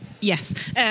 Yes